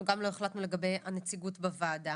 אנחנו גם לא החלטנו לגבי הנציגות בוועדה,